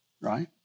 right